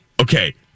Okay